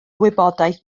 wybodaeth